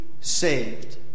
saved